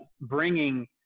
bringing